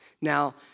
Now